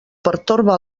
pertorba